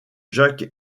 jack